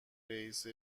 رئیس